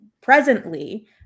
presently